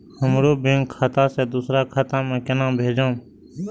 हमरो बैंक खाता से दुसरा खाता में केना भेजम?